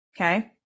Okay